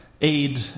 aid